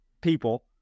people